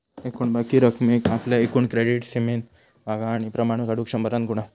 एकूण बाकी रकमेक आपल्या एकूण क्रेडीट सीमेन भागा आणि प्रमाण काढुक शंभरान गुणा